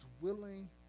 willing